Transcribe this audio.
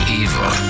evil